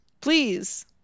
Please